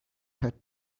had